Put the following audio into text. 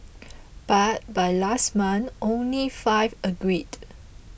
but by last month only five agreed